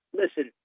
listen